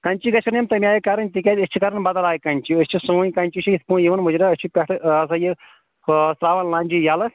کَنٛچی گَژھن یِم تیٚمہِ آے کَران تِکیازِ أس چھِ کران بَدل آے کَنٛچی أسۍ چھِ سٲںۍ کنٛچی چھِ یِتھ پٲٹھۍ یِوان مُجرا أسۍ چھ پٮ۪ٹھٕ یہِ ہسا یہِ ترٛاوَن لَنٛجہِ یَلہٕ